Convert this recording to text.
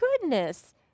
goodness